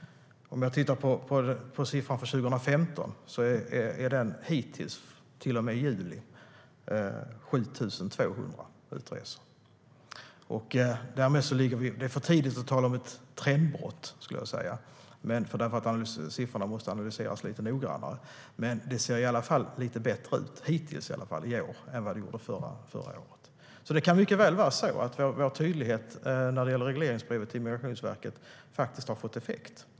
Siffran för 2015 är hittills, till och med juli, 7 200 utresta. Det är för tidigt att tala om ett trendbrott. Siffrorna måste analyseras lite noggrannare. Men det ser i alla fall lite bättre ut hittills i år än förra året. Det kan mycket väl vara på det sättet att vår tydlighet i regleringsbrevet till Migrationsverket har fått effekt.